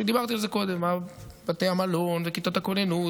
שדיברתי על זה קודם: בתי המלון וכיתות הכוננות